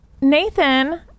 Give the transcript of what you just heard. Nathan